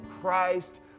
Christ